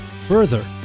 Further